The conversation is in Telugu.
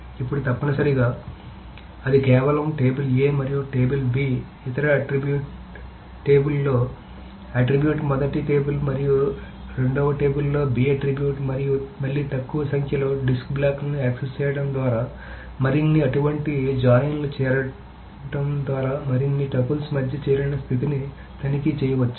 ఇప్పుడు తప్పనిసరిగా అది కేవలం టేబుల్ A మరియు టేబుల్ B ఇతర ఆట్రిబ్యూట్ టేబుల్ లో ఆట్రిబ్యూట్ మొదటి టేబుల్ మరియు రెండవ టేబుల్ లో B ఆట్రిబ్యూట్ మరియు మళ్లీ తక్కువ సంఖ్యలో డిస్క్ బ్లాక్లను యాక్సెస్ చేయడం ద్వారా మరిన్ని అటువంటి జాయిన్లను చేరడం ద్వారా మరిన్ని టపుల్స్ మధ్య చేరిన స్థితిని తనిఖీ చేయవచ్చు